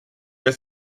des